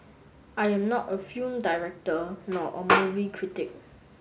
I am not a film director nor a movie critic